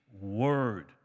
word